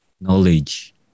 knowledge